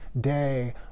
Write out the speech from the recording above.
day